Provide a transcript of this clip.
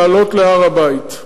לעלות להר-הבית.